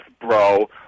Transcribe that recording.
bro